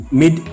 mid